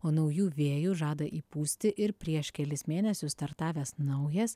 o naujų vėjų žada įpūsti ir prieš kelis mėnesius startavęs naujas